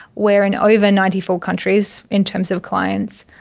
we're in over ninety four countries, in terms of clients,